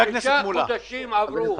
חמישה חודשים עברו.